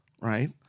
Right